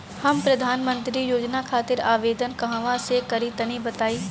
हम प्रधनमंत्री योजना खातिर आवेदन कहवा से करि तनि बताईं?